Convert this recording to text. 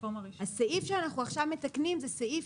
הסעיף שאנחנו עכשיו מתקנים זה סעיף